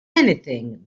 anything